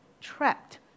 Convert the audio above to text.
trapped